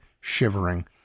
shivering